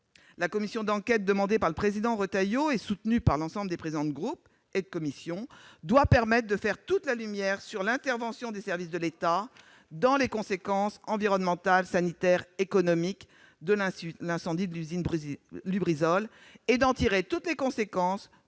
La commission d'enquête demandée par le président Retailleau et soutenue par l'ensemble des présidents de groupe et des présidents de commission doit permettre de faire toute la lumière sur l'intervention des services de l'État dans la gestion des conséquences environnementales, sanitaires et économiques de l'incendie de l'usine Lubrizol et d'en tirer toutes les conséquences